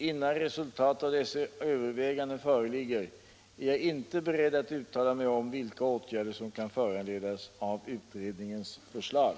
Innan resultatet av dessa överväganden föreligger är jag inte beredd att uttala mig om vilka åtgärder som kan föranledas av utredningens förslag.